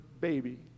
baby